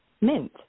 mint